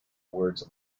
words